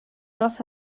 not